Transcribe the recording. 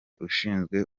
ushinzwe